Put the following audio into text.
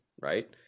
right